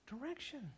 direction